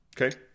Okay